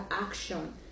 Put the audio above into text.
action